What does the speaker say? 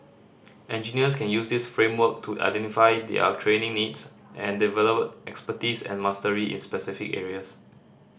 engineers can use this framework to identify their training needs and develop expertise and mastery in specific areas